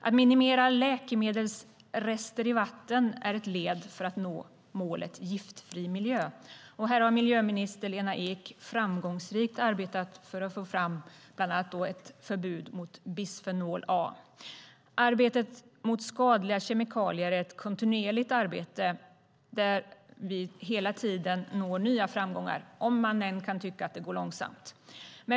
Att minimera läkemedelsrester i vatten är ett led för att nå målet Giftfri miljö. Här har miljöminister Lena Ek framgångsrikt arbetat för att få fram bland annat ett förbud mot bisfenol A. Arbetet mot skadliga kemikalier är ett kontinuerligt arbete där vi hela tiden når nya framgångar, även om man kan tycka att det går långsamt.